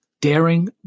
daring